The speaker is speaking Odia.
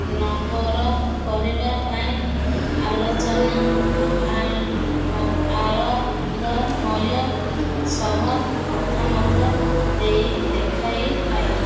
ନମ୍ବର କରିବା ପାଇଁ ଆଲୋଚନା ସହ କଥା ମଧ୍ୟ ଦେଇ ଦେଖାଇଥାଏ